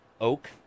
Oak